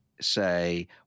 say